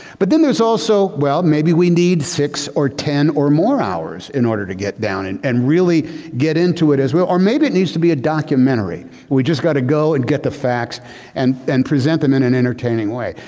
but then there's also well maybe we need six or ten or more hours in order to get down and and really get into it as well. or maybe it needs to be a documentary. we just got to go and get the facts and and present them in an entertaining way.